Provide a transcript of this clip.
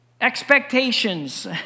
Expectations